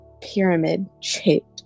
pyramid-shaped